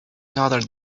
another